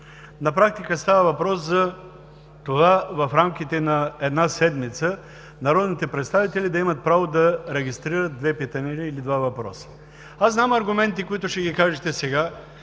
На практика става въпрос за това в рамките на една седмица народните представители да имат право да регистрират две питания или два въпроса. Знам аргументите, които ще ги кажете сега,